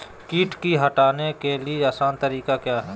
किट की हटाने के ली आसान तरीका क्या है?